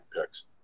picks